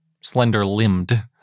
Slender-limbed